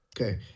Okay